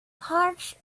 harsh